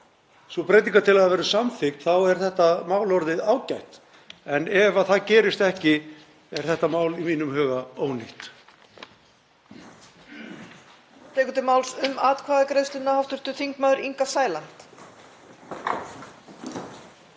sú breytingartillaga verður samþykkt þá er þetta mál orðið ágætt. En ef það gerist ekki er þetta mál í mínum huga ónýtt.